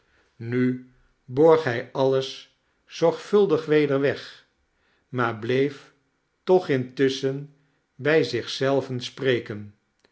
nu borg hij alles zorgvuldig weder weg maar bleef toch intusschen bij zich zelven spreken